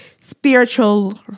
spiritual